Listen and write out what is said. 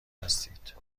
هستید